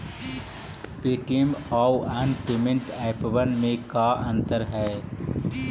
Paytm आउ अन्य payment एपबन में का अंतर हई?